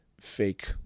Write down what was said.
fake